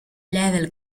level